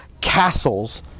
castles